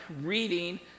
reading